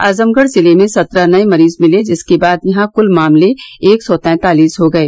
आजमगढ़ जिले में संत्रह नए मरीज मिले जिसके बाद यहां कुल मामले एक सौ तैंतालीस हो गये